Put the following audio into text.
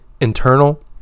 internal